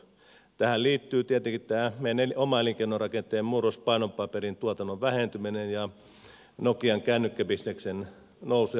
tähän liittyy tietenkin tämä meidän oma elinkeinorakenteen murros painopaperin tuotannon vähentyminen ja nokian kännykkäbisneksen nousu ja romahdus